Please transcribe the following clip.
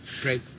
Great